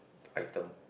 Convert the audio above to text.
item